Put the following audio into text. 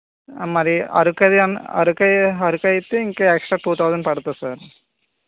మరి అరకు అది అన్న అరకు అయితే ఇంకా ఎక్స్ట్రా టూ థౌజండ్ పడుతుంది సార్